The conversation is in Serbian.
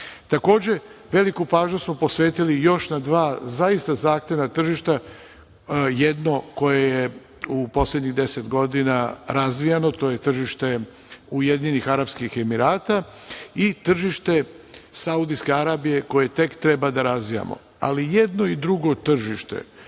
zemalja. Takođe, veliku pažnju smo posvetili još na dva zaista zahtevna tržišta, jedno koje je u poslednjih 10 godina razvijano, to je tržište Ujedinjenih Arapskih Emirata, i tržište Saudijske Arabije koje tek treba da razvijamo. Jedno i drugo tržište